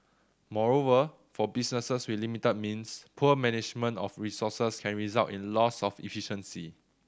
moreover for businesses with limited means poor management of resources can result in loss of efficiency